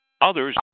others